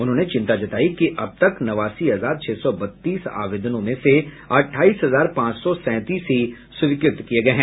उन्होंने चिंता जतायी कि अब तक नवासी हजार छह सौ बत्तीस आवेदनों में से अठाईस हजार पांच सौ सैंतीस ही स्वीकृत किये गये हैं